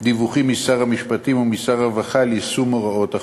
דיווחים משר המשפטים ומשר הרווחה על יישום הוראות החוק.